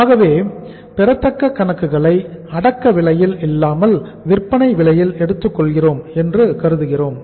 ஆகவே பெறத்தக்க கணக்குகளை அடக்க விலையில் இல்லாமல் விற்பனை விலையில் எடுத்துக் கொள்கிறோம் என்று கருதுகிறோம்